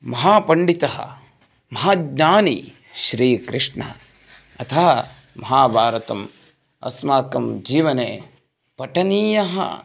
महापण्डितः महाज्ञानी श्रीकृष्णः अतः महाभारतम् अस्माकं जीवने पठनीयः